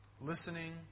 Listening